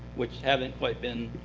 which haven't quite been